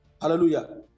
Hallelujah